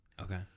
Okay